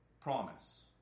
promise